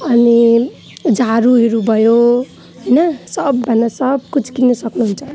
अनि झाडुहरू भयो होइन सबभन्दा सब कुछ किन्न सक्नुहुन्छ